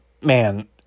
Man